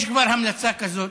יש כבר המלצה כזאת.